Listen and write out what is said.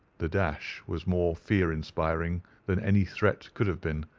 the dash was more fear-inspiring than any threat could have been.